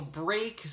break